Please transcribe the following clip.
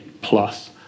plus